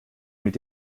mit